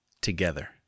together